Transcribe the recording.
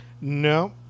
No